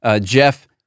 Jeff